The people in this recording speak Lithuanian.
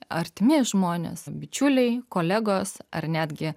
artimi žmonės bičiuliai kolegos ar netgi